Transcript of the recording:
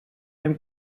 hem